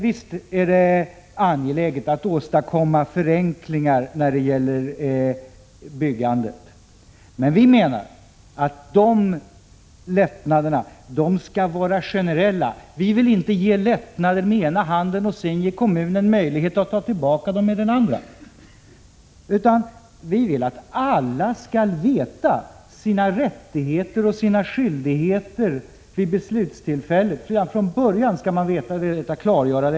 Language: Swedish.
Visst är det angeläget att åstadkomma förenklingar när det gäller byggandet. Men vi menar att de lättnaderna skall vara generella. Vi vill inte ge lättnader med ena handen och sedan ge kommunen möjligheter att ta tillbaka dem med andra handen, utan vi vill att alla redan vid beslutstillfället skall få veta sina rättigheter och skyldigheter.